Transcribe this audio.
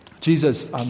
Jesus